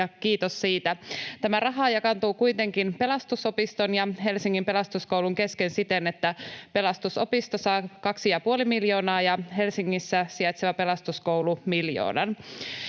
kiitos siitä. Tämä raha jakaantuu kuitenkin Pelastusopiston ja Helsingin Pelastuskoulun kesken siten, että Pelastusopisto saa 2,5 miljoonaa ja Helsingissä sijaitseva Pelastuskoulu miljoonan.